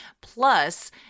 plus